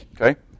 Okay